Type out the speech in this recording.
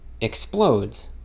explodes